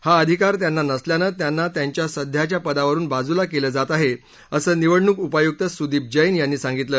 हा अधिकार त्यांना नसल्यानं त्यांना त्यांच्या सध्याच्या पदावरून बाजूला केलं जात आहे असं निवडणूक उपायुक्त सुदीप जैन यांनी सांगितलं